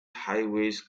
highways